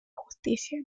justicia